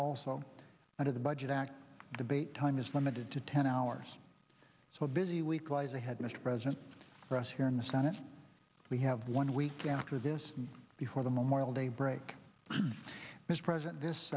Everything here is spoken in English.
also out of the budget act debate time is limited to ten hours so a busy week lies ahead just present for us here in the senate we have one week after this before the memorial day break mr president this